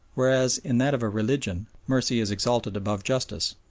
whereas in that of a religion, mercy is exalted above justice.